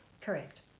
Correct